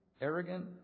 Arrogant